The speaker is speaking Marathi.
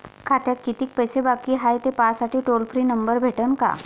खात्यात कितीकं पैसे बाकी हाय, हे पाहासाठी टोल फ्री नंबर भेटन का?